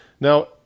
now